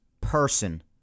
person